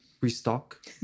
Restock